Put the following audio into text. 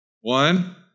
One